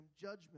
judgment